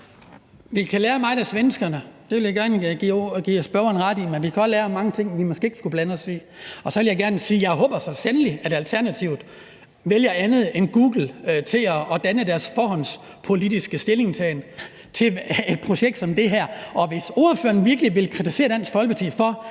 kan lære meget af svenskerne – det vil jeg gerne give spørgeren ret i – men vi kan også lære, at der er mange ting, vi måske ikke skal blande os i. Og så vil jeg gerne sige, at jeg så sandelig håber, at Alternativet vælger andet end Google til at forme deres politiske forhåndsstillingtagen til et projekt som det her. Og hvis ordføreren virkelig vil kritisere Dansk Folkeparti for,